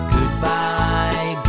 Goodbye